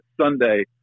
Sunday